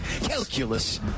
Calculus